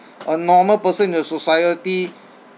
a normal person in the society